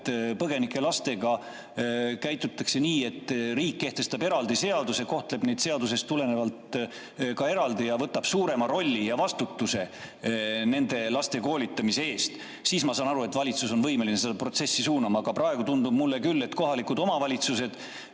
et põgenike lastega käitutakse nii, et riik kehtestab eraldi seaduse, kohtleb neid seadusest tulenevalt ka eraldi ning võtab suurema rolli ja vastutuse nende laste koolitamise eest. Siis ma saaksin aru, et valitsus on võimeline seda protsessi suunama. Aga praegu tundub mulle küll, et kohalikud omavalitsused